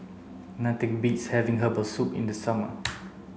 nothing beats having herbal soup in the summer